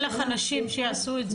יש לנו --- אין לך אנשים שיעשו את זה.